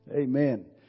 Amen